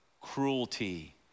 Cruelty